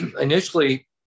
initially